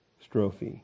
strophe